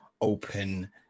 open